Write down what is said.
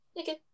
Okay